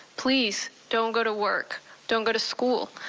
please don't go to work. don't go to school.